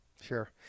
Sure